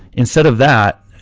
instead of that,